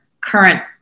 current